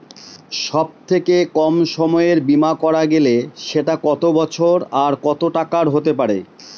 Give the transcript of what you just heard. সব থেকে কম সময়ের বীমা করা গেলে সেটা কত বছর আর কত টাকার হতে পারে?